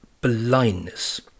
blindness